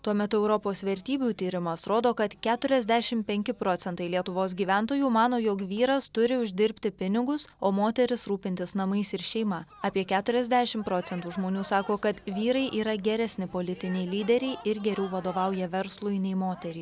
tuo metu europos vertybių tyrimas rodo kad keturiasdešimt penki procentai lietuvos gyventojų mano jog vyras turi uždirbti pinigus o moteris rūpintis namais ir šeima apie keturiasdešimt procentų žmonių sako kad vyrai yra geresni politiniai lyderiai ir geriau vadovauja verslui nei moterys